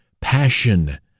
Passion